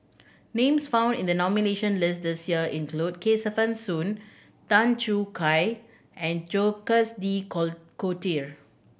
names found in the nomination list this year include Kesavan Soon Tan Choo Kai and Jacques De Coutre